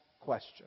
question